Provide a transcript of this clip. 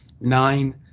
Nine